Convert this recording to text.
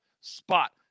spot